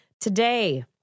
Today